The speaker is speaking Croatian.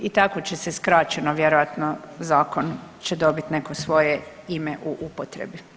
I tako će se skraćeno vjerojatno zakon će dobiti neko svoje ime u upotrebi.